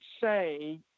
say